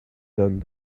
done